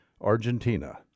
Argentina